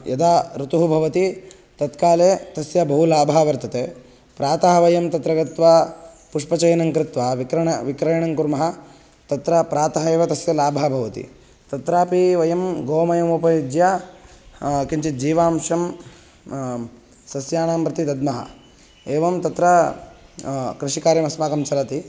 यदा ऋतुः भवति तत्काले तस्य बहु लाभः वर्तते प्रातः वयं तत्र गत्वा पुष्पचयनं कृत्वा विक्रण विक्रयणं कुर्मः तत्र प्रातः एव तस्य लाभः भवति तत्रापि वयं गोमयमुपयुज्य किञ्चित् जीवांशं सस्यानां प्रति दद्मः एवं तत्र कृषिकार्यमस्माकं सरति